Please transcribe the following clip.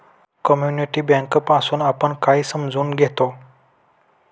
Community bank पासुन आपण काय समजून घेतो?